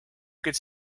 could